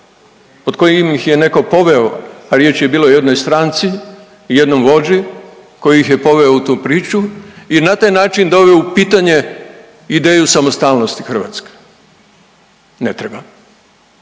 pod kojim ih je netko poveo, a riječ je bilo i o jednoj stranci, jednom vođi koji ih je poveo u tu priču i na taj način doveo u pitanje ideju samostalnosti Hrvatske. Ne treba.